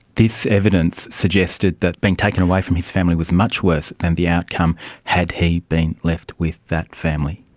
this evidence suggested that being taken away from his family was much worse than the outcome had he been left with that family.